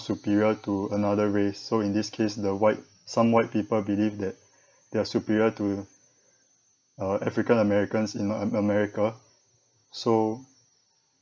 superior to another race so in this case the white some white people believe that they are superior to uh african americans in a~ america so